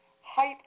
height